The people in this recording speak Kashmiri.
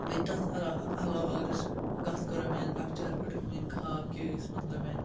بیٚیہِ تَتھ علاوٕ اگر أسۍ کَتھ کَرو میٛانہِ لۄکچار پٮ۪ٹھ میٛٲنۍ خاب کیٛاہ ٲسۍ مطلب میٛانہِ